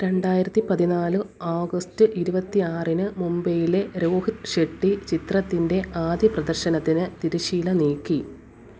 രണ്ടായിരത്തി പതിനാല് ഓഗസ്റ്റ് ഇരുപത്തി ആറിന് മുംബൈയിലെ രോഹിത് ഷെട്ടി ചിത്രത്തിൻ്റെ ആദ്യ പ്രദർശനത്തിന് തിരശ്ശീല നീക്കി